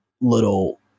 little